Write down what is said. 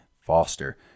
Foster